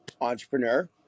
entrepreneur